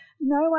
No